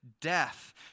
death